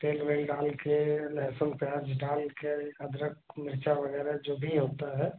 तेल वेल डालकर लहसुन प्याज़ डालकर अदरक मिरचा वगैरह जो भी होता है